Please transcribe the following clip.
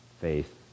faith